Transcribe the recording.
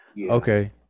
Okay